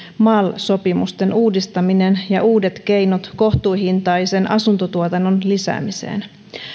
mal sopimusten uudistaminen ja uudet keinot kohtuuhintaisen asuntotuotannon lisäämiseen